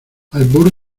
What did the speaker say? albur